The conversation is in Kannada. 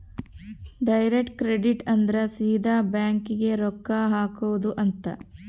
ಡೈರೆಕ್ಟ್ ಕ್ರೆಡಿಟ್ ಅಂದ್ರ ಸೀದಾ ಬ್ಯಾಂಕ್ ಗೇ ರೊಕ್ಕ ಹಾಕೊಧ್ ಅಂತ